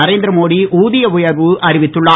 நரேந்திரமோடி ஊதிய உயர்வு அறிவித்துள்ளார்